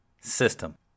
system